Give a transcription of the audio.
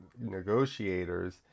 negotiators